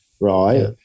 right